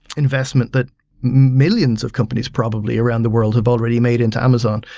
investment that millions of companies probably around the world have already made into amazon.